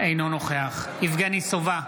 אינו נוכח יבגני סובה,